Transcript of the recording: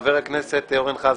חבר הכנסת אורן חזן.